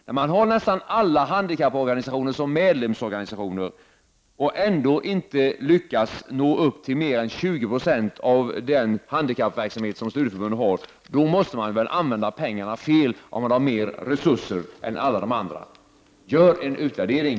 När man har nästan alla handikapporganisationer som medlemsorganisationer och ändå inte lyckas nå upp till mer än 20 70 av den handikappverksamhet som studieförbunden har måste man väl ändå använda pengarna fel, om man har mer resurser än alla de andra? Gör en utvärdering!